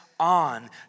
On